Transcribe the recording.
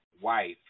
wife